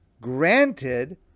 granted